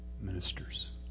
ministers